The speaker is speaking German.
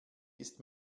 ist